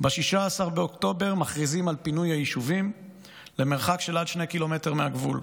ב-16 באוקטובר מכריזים על פינוי היישובים עד למרחק של 2 ק"מ מהגבול,